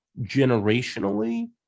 generationally